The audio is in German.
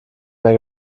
mehr